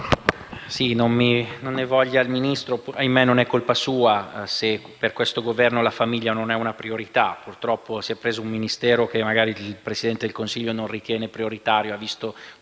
me ne voglia il Ministro, ahimè non è colpa sua se per questo Governo la famiglia non è una priorità. Purtroppo si è preso un Ministero che magari il Presidente del Consiglio non ritiene prioritario,